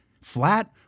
flat